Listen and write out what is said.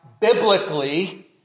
biblically